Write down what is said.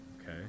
okay